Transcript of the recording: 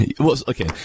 Okay